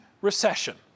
recession